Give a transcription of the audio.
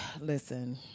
listen